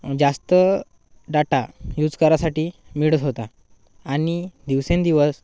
जास्त data use करायसाठी मिळत होता आणि दिवसेंदिवस